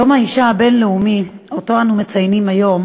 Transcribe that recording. יום האישה הבין-לאומי שאנו מציינים היום